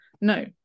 No